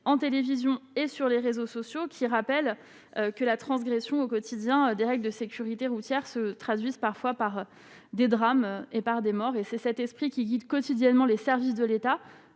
en télévision et sur les réseaux sociaux, qui rappelle que la transgression au quotidien des règles de sécurité routière se traduisent parfois par des drames et par des morts et c'est cet esprit qui guide quotidiennement les services de l'État,